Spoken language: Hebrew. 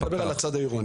אתה מדבר על הצד העירוני.